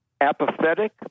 apathetic